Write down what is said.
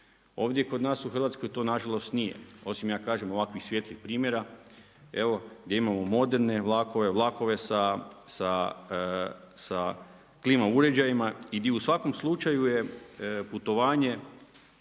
Ovdje kod nas u Hrvatskoj to na žalost nije, osim ja kažem ovakvih svijetlih primjera evo gdje imamo moderne vlakove, vlakove sa klima uređajima i gdje u svakom slučaju je putovanje